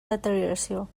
deterioració